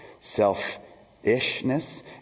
Self-ishness